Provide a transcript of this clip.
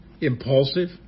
impulsive